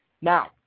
Now